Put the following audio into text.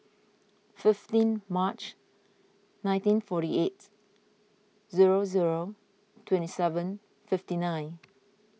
fifteen March nineteen forty eight zero zero twenty seven fifty nine